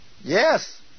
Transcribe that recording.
Yes